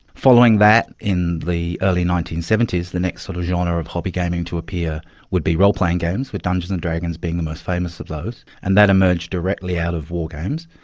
following that in the early nineteen seventy s, the next sort of genre of hobby gaming to appear would be role-playing games, with dungeons and dragons being the most famous of those, and that emerge directly out of war games.